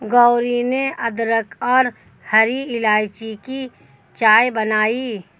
गौरी ने अदरक और हरी इलायची की चाय बनाई